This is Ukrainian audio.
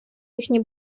їхні